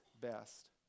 best